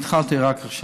סליחה, הקפיצו אותי